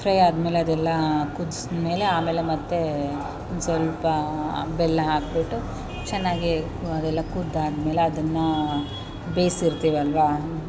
fry ಆದಮೇಲೆ ಅದೆಲ್ಲ ಕುದ್ಸಿದ ಮೇಲೆ ಆಮೇಲೆ ಮತ್ತೇ ಒಂದು ಸ್ವಲ್ಪ ಬೆಲ್ಲ ಹಾಕಿಬಿಟ್ಟು ಚೆನ್ನಾಗಿಯೇ ಕು ಅದೆಲ್ಲ ಕುದ್ದಾದ್ಮೇಲಲೆ ಅದನ್ನು ಬೇಯ್ಸಿರ್ತೀವಲ್ವ